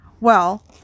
Well